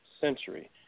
Century